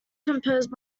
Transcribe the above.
composed